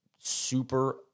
super